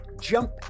jump